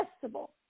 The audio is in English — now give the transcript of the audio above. festival